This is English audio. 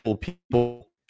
people